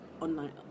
online